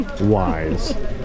wise